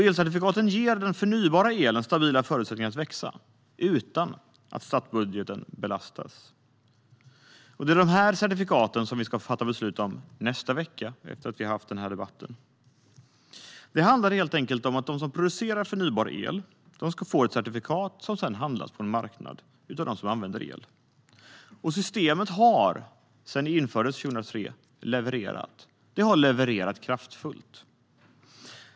Elcertifikaten ger den förnybara elen stabila förutsättningar att växa utan att statsbudgeten belastas. Det är de certifikaten vi ska fatta beslut om i nästa vecka efter debatten. Det handlar helt enkelt om att de som producerar förnybar el ska få ett certifikat som sedan handlas på marknaden av dem som använder el. Systemet har sedan det infördes 2003 levererat kraftfullt.